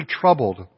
troubled